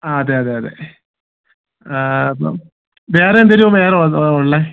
ആ അതെ അതെ അതെ ആ അപ്പം വേറെ എന്തെങ്കിലും വേണോ ഏതാ ഉള്ളത്